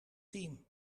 team